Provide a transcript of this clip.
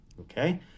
Okay